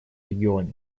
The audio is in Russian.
регионе